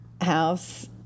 house